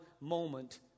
moment